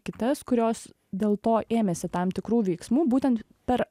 kitas kurios dėl to ėmėsi tam tikrų veiksmų būtent per